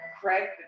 Craig